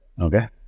okay